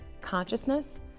consciousness